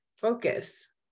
focus